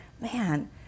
man